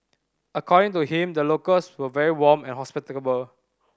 according to him the locals were very warm and hospitable